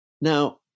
Now